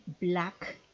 black